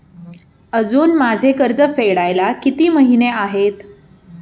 अजुन माझे कर्ज फेडायला किती महिने आहेत?